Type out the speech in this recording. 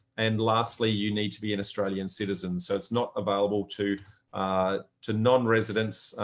and lastly, you need to be an australian citizen so it's not available to to non residents,